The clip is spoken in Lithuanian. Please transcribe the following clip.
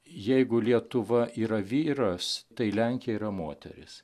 jeigu lietuva yra vyras tai lenkija yra moteris